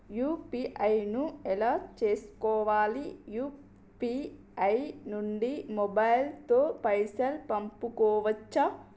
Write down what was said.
UPI ను ఎలా చేస్కోవాలి యూ.పీ.ఐ నుండి మొబైల్ తో పైసల్ పంపుకోవచ్చా?